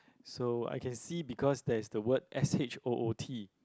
so I can see because there is the word S_H_O_O_T